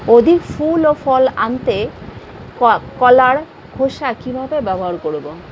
অধিক ফুল ও ফল আনতে কলার খোসা কিভাবে ব্যবহার করব?